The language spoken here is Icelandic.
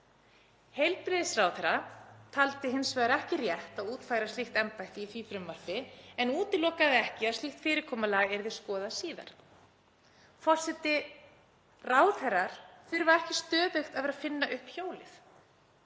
Heilbrigðisráðherra taldi hins vegar ekki rétt að útfæra slíkt embætti í því frumvarpi en útilokaði ekki að slíkt fyrirkomulag yrði skoðað síðar. Forseti. Ráðherrar þurfa ekki stöðugt að vera að finna upp hjólið.